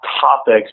topics